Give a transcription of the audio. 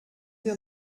wir